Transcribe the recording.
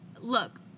look